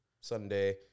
Sunday